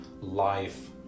life